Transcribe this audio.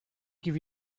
give